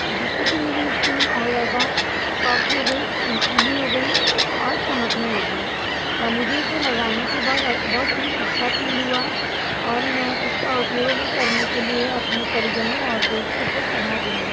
जिससे कि मेरी स्कीन और ज़्यादा सॉफ्ट हो गई चमकीली हो गई और चमकने लगी मुझे ऐसे लगाने की बहुत बहुत ही अच्छा फील हुआ और मैं इसका उपयोग करने के लिए अपने परिजनों और दोस्तों को सलाह दूंगी